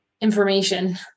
information